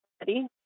ready